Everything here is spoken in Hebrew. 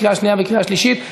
לקריאה שנייה וקריאה שלישית.